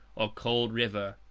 or cold river.